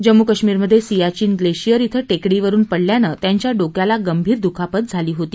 जम्मू कश्मीरमधे सियाचिन ग्लेसियर ॐ टेकडीवरून पडल्यानं त्यांच्या डोक्याला गंभीर दुखापत झाली होती